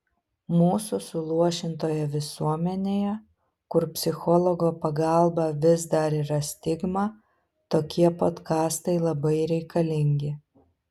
mūsų suluošintoje visuomenėje kur psichologo pagalba vis dar yra stigma tokie podkastai labai reikalingi